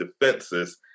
defenses